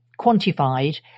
quantified